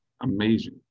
amazing